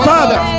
Father